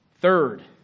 Third